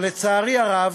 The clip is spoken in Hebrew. אבל, לצערי הרב,